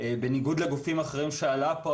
בניגוד לגופים אחרים שעלו פה,